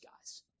guys